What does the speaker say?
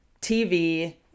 TV